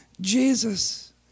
Jesus